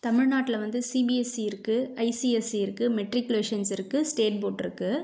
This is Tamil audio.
தமிழ்நாட்டில வந்து சிபிஎஸ்சி இருக்குது ஐசிஎஸ்சி இருக்குது மெட்ரிக்குலேஷன்ஸ் இருக்குது ஸ்டேட் போர்ட் இருக்குது